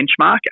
benchmark